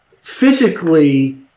physically